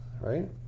right